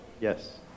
Yes